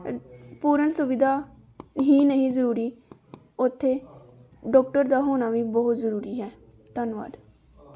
ਪੂਰਨ ਸੁਵਿਧਾ ਹੀ ਨਹੀਂ ਜ਼ਰੂਰੀ ਉੱਥੇ ਡਾਕਟਰ ਦਾ ਹੋਣਾ ਵੀ ਬਹੁਤ ਜ਼ਰੂਰੀ ਹੈ ਧੰਨਵਾਦ